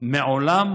ומעולם